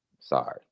Sorry